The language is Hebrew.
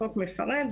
החוק מפרט,